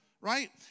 Right